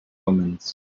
omens